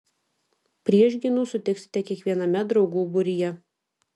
priešgynų sutiksite kiekviename draugų būryje